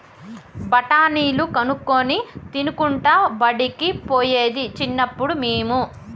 బఠాణీలు కొనుక్కొని తినుకుంటా బడికి పోయేది చిన్నప్పుడు మేము